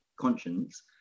conscience